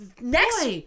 Next